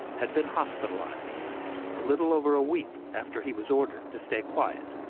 had been hospitalized a little over a week after he was ordered to stay quiet.